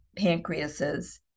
pancreases